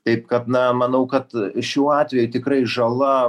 taip kad na manau kad šiuo atveju tikrai žala